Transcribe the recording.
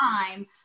time